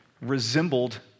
resembled